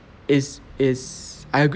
is is I